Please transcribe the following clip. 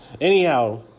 Anyhow